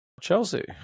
Chelsea